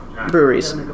Breweries